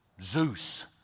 Zeus